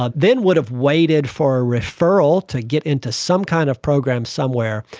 ah then would have waited for a referral to get into some kind of program somewhere,